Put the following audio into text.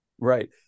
Right